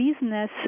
business